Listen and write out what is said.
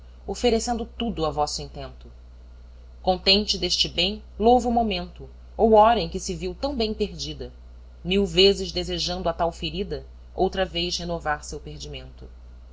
oferecendo tudo a vosso intento contente deste bem louva o momento ou hora em que se viu tão bem perdida mil vezes desejando a tal ferida outra vez renovar seu perdimento